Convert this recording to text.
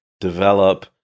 develop